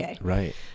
Right